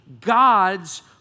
God's